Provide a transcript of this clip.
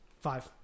Five